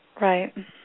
Right